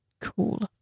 Cool